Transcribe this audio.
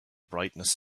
brightness